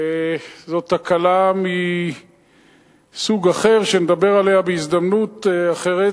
זו תקלה מסוג אחר, שנדבר עליה בהזדמנות אחרת,